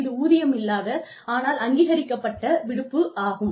இது ஊதியமில்லாத ஆனால் அங்கீகரிக்கப்பட்ட விடுப்பு ஆகும்